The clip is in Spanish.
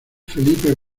felipe